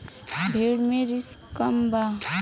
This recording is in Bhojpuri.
भेड़ मे रिस्क कम बा